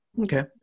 Okay